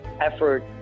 effort